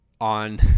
on